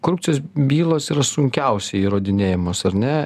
korupcijos bylos yra sunkiausiai įrodinėjamos ar ne